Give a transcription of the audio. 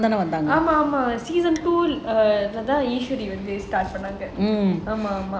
ஆமா ஆமா:aamaa aamaa season two err eswari வந்து:vanthu start பண்ணாங்க:pannaanga